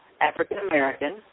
African-American